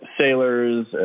sailors